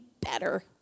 better